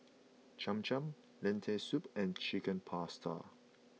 Cham Cham Lentil Soup and Chicken Pasta